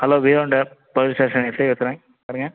hello வி ஒண்டர் police station SI பேசுகிறேன் யாருங்க